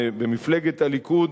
במפלגת הליכוד,